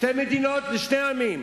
שתי מדינות לשני עמים,